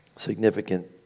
Significant